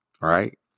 right